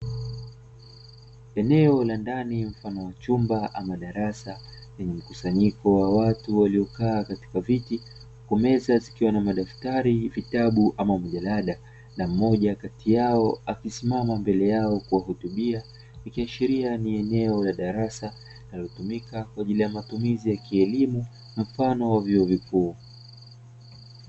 Eneo la ndani mfano wa chumba ama darasa lenye mkusanyiko wa watu waliokaa katika viti, huku meza zikiwa na madaftari, vitabu ama majarada na mmoja kati yao akisimama mbele yao kuwahutubia, ikiashiria ni eneo la darasa linalotumika kwa ajili ya matumizi ya kielimu mfano wa vyuo vikuu.